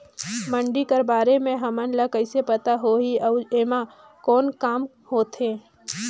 मंडी कर बारे म हमन ला कइसे पता होही अउ एमा कौन काम होथे?